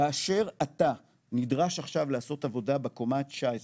כאשר אתה נדרש עכשיו לעשות עבודה בקומה ה-19